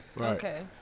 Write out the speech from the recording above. okay